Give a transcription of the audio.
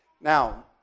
Now